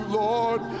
lord